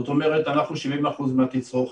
זאת אומרת אנחנו 70% מהתצרוכת.